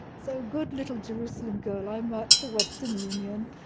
so good little jerusalem girl i march to western union,